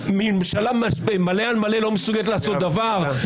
ממשלת ימין מלא על מלא לא מסוגלת לעשות דבר,